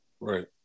Right